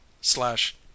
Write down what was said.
slash